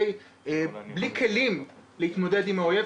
בלי כלים להתמודד עם האויב?